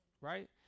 right